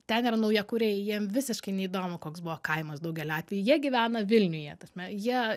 ten yra naujakuriai jiem visiškai neįdomu koks buvo kaimas daugeliu atveju jie gyvena vilniuje ta prasme jie